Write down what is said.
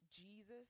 Jesus